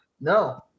no